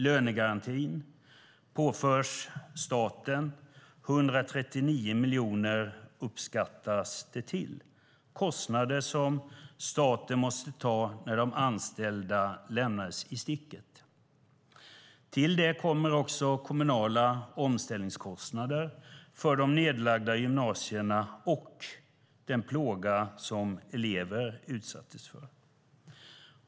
Lönegarantin påförs staten; 139 miljoner uppskattas det till. Det är kostnader som staten måste ta när de anställda lämnas i sticket. Till detta kommer kommunala omställningskostnader för de nedlagda gymnasierna och den plåga som eleverna utsattes för.